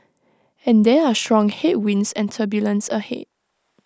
and there are strong headwinds and turbulence ahead